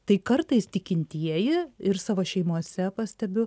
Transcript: tai kartais tikintieji ir savo šeimose pastebiu